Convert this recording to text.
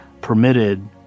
permitted